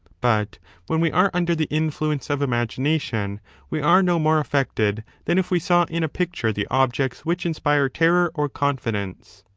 but when we are under the influence of imagination we are no more affected than if we saw in a picture the objects which inspire terror or confidence.